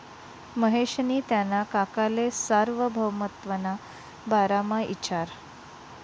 महेशनी त्याना काकाले सार्वभौमत्वना बारामा इचारं